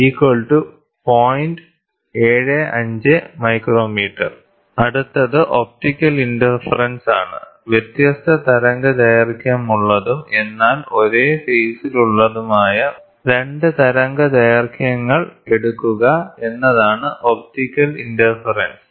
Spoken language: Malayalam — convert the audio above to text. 75 μm അടുത്തത് ഒപ്റ്റിക്കൽ ഇന്റർഫെറെൻസ് ആണ് വ്യത്യസ്ത തരംഗദൈർഘ്യമുള്ളതും എന്നാൽ ഒരേ ഫേയിസിലുള്ളതുമായ 2 തരംഗദൈർഘ്യങ്ങൾ എടുക്കുക എന്നതാണ് ഒപ്റ്റിക്കൽ ഇന്റർഫെറെൻസ്